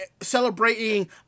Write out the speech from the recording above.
celebrating